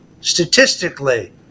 statistically